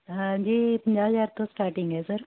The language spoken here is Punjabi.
ਹਾਂਜੀ ਪੰਜਾਹ ਹਜ਼ਾਰ ਤੋਂ ਸਟਾਰਟਿੰਗ ਹੈ ਸਰ